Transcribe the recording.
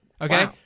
okay